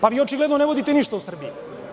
Pa, vi očigledno ne vodite ništa u Srbiji.